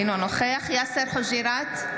אינו נוכח יאסר חוג'יראת,